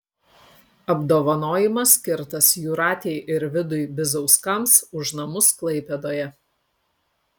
apdovanojimas skirtas jūratei ir vidui bizauskams už namus klaipėdoje